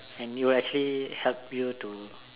and you will actually help you to